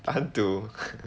单独